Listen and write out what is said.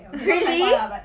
really